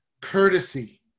courtesy